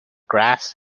grass